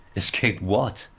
escaped what?